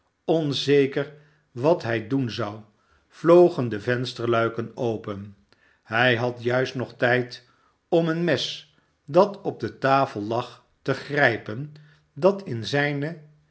onzeker wat hij doen zou vlogen de vensterluiken open hij had juist nog tijd om een mes dat op de tafel lag te grijpen dat in zijne